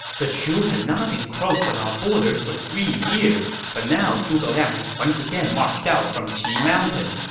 the shu had not encroached on our borders for three years, but now zhuge liang has once again marched out from qi mountain.